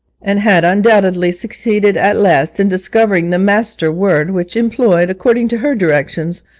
and had undoubtedly succeeded at last in discovering the master-word which, employed according to her directions,